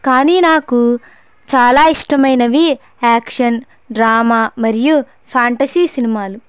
కానీ నాకు చాల ఇష్టం అయినవి యాక్షన్ డ్రామా మరియు ఫాంటసీ సినిమాలు